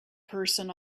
person